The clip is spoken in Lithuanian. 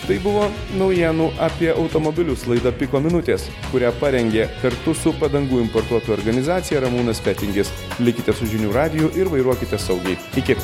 tai buvo naujienų apie automobilius laida piko minutės kurią parengė kartu su padangų importuotojų organizacija ramūnas fetingis likite su žinių radiju ir vairuokite saugiai iki